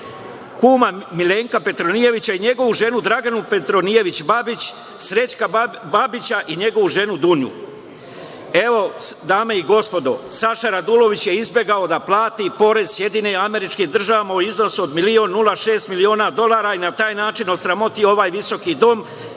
kuma Milenka Petronijevića i njegovu ženu Draganu Petronijević Babić, Srećka Babića i njegovu ženu Dunju. Dame i gospodo, Saša Radulović je izbegao da plati porez SAD u iznosu od milion i nula šest miliona dolara i na taj način osramotio ovaj visoki dom,